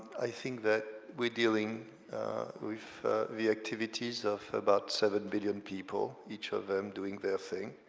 i think that we're dealing with the activities of about seven billion people, each of them doing their thing,